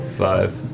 Five